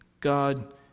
God